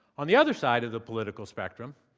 on the other side of the political spectrum,